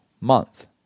month